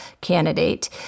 candidate